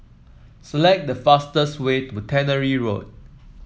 select the fastest way to Tannery Road